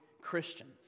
Christians